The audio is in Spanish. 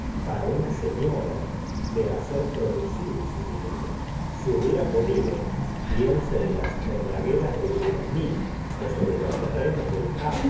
para una señora de hacer producir su dinero se hubiera podido bien sobre las hornagueras de grumesnil sobre los terrenos del havre